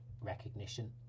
recognition